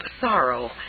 sorrow